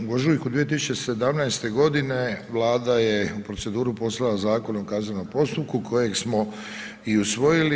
U ožujku 2017. g. Vlada je u proceduru poslala Zakon o kaznenom postupku kojeg smo i usvojili.